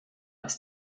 ist